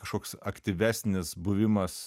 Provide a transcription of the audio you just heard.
kažkoks aktyvesnis buvimas